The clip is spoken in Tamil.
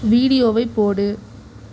வீடியோவை போடு